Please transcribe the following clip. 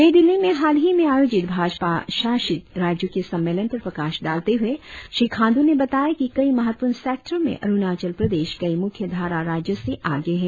नई दिल्ली में हाल ही में आयोजित भाजपा शाषित राज्यों के सम्मेलन पर प्रकाश डालते हुए श्री खाण्डू ने बताया कि कई महत्वपूर्ण सेक्टरों में अरुणाचल प्रदेश कई मुख्य धारा राज्यों से आगे है